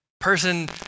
person